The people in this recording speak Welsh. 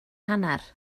hanner